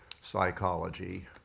psychology